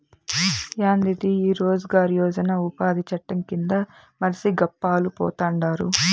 యాందిది ఈ రోజ్ గార్ యోజన ఉపాది చట్టం కింద మర్సి గప్పాలు పోతండారు